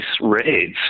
raids